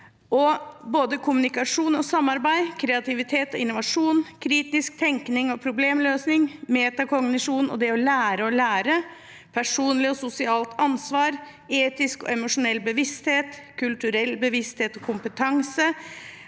– kommunikasjon og samarbeid – kreativitet og innovasjon – kritisk tenkning og problemløsning – metakognisjon og å lære å lære – personlig og sosialt ansvar – etisk og emosjonell bevissthet – kulturell bevissthet og kompetanse